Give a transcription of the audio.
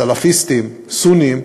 סלפיסטיים, סוניים,